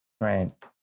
right